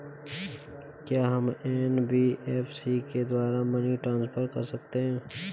क्या हम एन.बी.एफ.सी के द्वारा मनी ट्रांसफर कर सकते हैं?